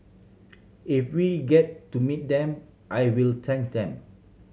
if we get to meet them I will thank them